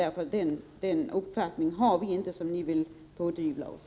Vi har inte den uppfattning som ni vill pådyvla oss.